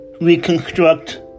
reconstruct